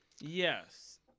Yes